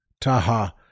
Taha